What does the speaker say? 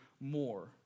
more